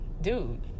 dude